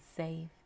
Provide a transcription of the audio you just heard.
safe